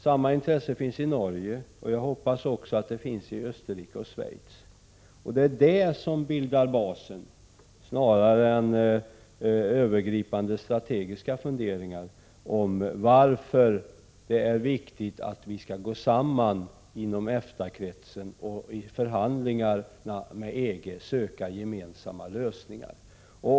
Samma intresse finns i Sverige. Jag hoppas att det finns också i Österrike och Schweiz. Det är detta som bildar basen snarare än övergripande strategiska funderingar om varför det är viktigt att vi går samman inom EFTA-kretsen för att vid förhandlingarna med EG söka gemensamma lösningar.